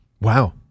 Wow